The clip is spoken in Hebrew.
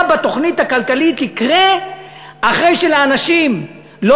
מה בתוכנית הכלכלית יקרה אחרי שלאנשים לא